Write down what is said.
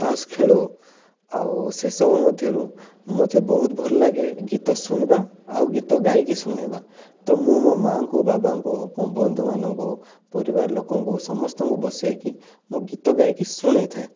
ତାସ ଖେଳୁ ଆଉ ସେସବୁ ମଧ୍ୟରୁ ମୋତେ ବହୁତ ଭଲ ଲାଗେ ଗୀତ ଶୁଣିବା ଆଉ ଗୀତ ଗାଇକି ଶୁଣେଇବା ତ ମୁଁ ମୋ ମାଙ୍କୁ ବାବାଙ୍କୁ ମୋ ବନ୍ଧୁମାନଙ୍କୁ ପରିବାର ଲୋକଙ୍କୁ ସମସ୍ତଙ୍କୁ ବସେଇକି ମୁଁ ଗୀତ ଗାଇକି ଶୁଣେଇ ଥାଏ